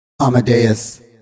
Amadeus